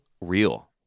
real